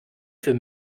für